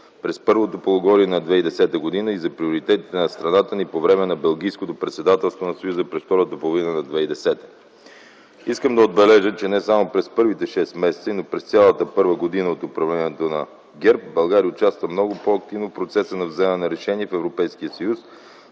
през първото полугодие на 2010 г. и за приоритетите на страната ни по време на Белгийското председателство на Съюза през втората половина на 2010 г. Искам да отбележа, че не само през първите шест месеца, но и през цялата първа година от управлението на ГЕРБ България участва много по-активно в процеса на вземане на решения в Европейския съюз,